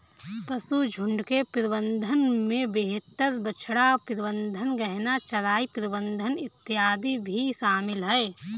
पशुझुण्ड के प्रबंधन में बेहतर बछड़ा प्रबंधन, गहन चराई प्रबंधन इत्यादि भी शामिल है